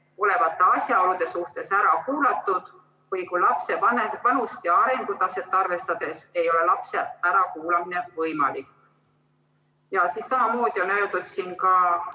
olevate asjaolude suhtes ära kuulatud või kui lapse vanust ja arengutaset arvestades ei ole lapse ärakuulamine võimalik." Samamoodi on siin